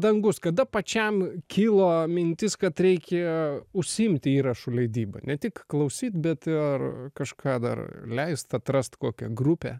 dangus kada pačiam kilo mintis kad reikia užsiimti įrašų leidyba ne tik klausyt bet ir kažką dar leist atrast kokią grupę